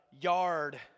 yard